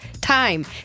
time